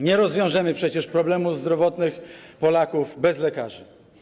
Nie rozwiążemy przecież problemów zdrowotnych Polaków bez lekarzy.